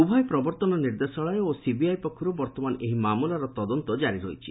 ଉଭୟ ପ୍ରବର୍ଭନ ନିର୍ଦ୍ଦେଶାଳୟ ଓ ସିବିଆଇ ପକ୍ଷରୁ ବର୍ଭମାନ ଏହି ମାମଲାର ତଦନ୍ତ କାରି ରହିଛି